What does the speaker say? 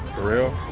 korea